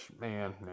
man